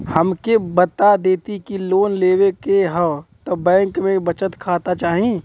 हमके बता देती की लोन लेवे के हव त बैंक में बचत खाता चाही?